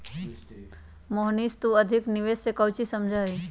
मोहनीश तू अधिक निवेश से काउची समझा ही?